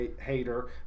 hater